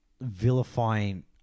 vilifying